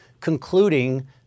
concluding